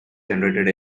generated